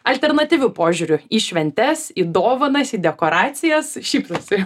alternatyviu požiūriu į šventes į dovanas į dekoracijas šypsosi